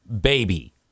baby